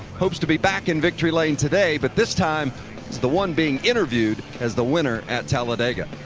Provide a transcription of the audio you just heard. hopes to be back in victory's lane today, but this time the one being interviewed is the winner at talladega.